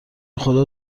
خدا